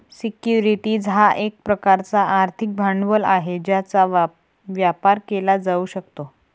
securities हा एक प्रकारचा आर्थिक भांडवल आहे ज्याचा व्यापार केला जाऊ शकतो